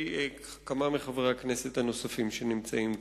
כמה מחברי הכנסת הנוספים שנמצאים כאן.